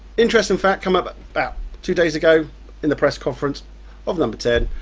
interesting fact come up two days ago in the press conference of number ten,